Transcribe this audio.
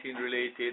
related